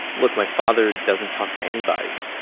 look my father doesn't talk to anybody.